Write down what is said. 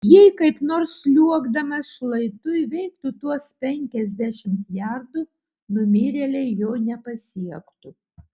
jei kaip nors sliuogdamas šlaitu įveiktų tuos penkiasdešimt jardų numirėliai jo nepasiektų